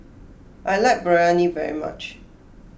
I like Biryani very much